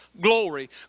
glory